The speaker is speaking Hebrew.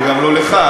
וגם לא לך,